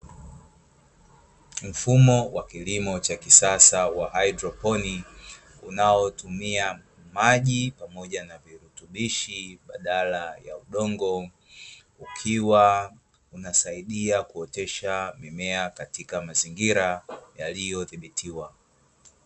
Mfumo wa kilimo cha kisasa wa haidroponi unaotumia maji pamoja na virutubishi badala ya udongo, ukiwa unasaidia kuotesha mimea katika mazingira yaliyodhibitiwa.